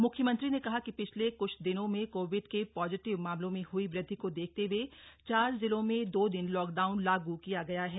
मुख्यमंत्री ने कहा कि पिछले क्छ दिनों में कोविड के पॉजिटिव मामलों में हुई वृद्धि को देखते हुए चार जिलों में दो दिन लॉकडाउन लागू किया गया है